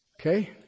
Okay